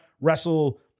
wrestle